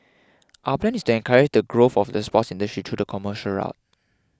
our plan is to encourage the growth of the sports industry through the commercial route